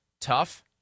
tough